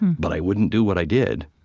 but i wouldn't do what i did